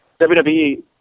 WWE